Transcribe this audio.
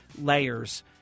layers